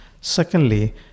Secondly